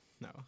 No